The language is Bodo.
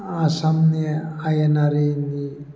आसामनि आयेनारिनि